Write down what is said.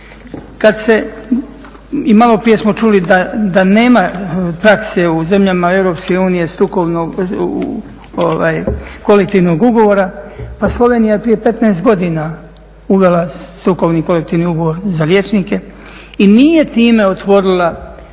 Kad se, i malo prije smo čuli da nema prakse u zemljama EU kolektivnog ugovora. Pa Slovenija je prije 15 godina uvela strukovni kolektivni ugovor za liječnike i nije time otvorila